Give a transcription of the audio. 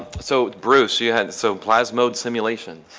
so bruce, yeah so plasmode simulation?